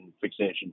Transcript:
fixation